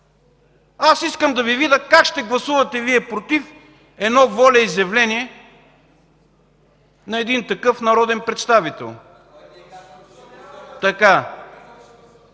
Аз искам да видя как ще гласувате Вие „против” едно волеизявление на такъв народен представител.